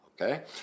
okay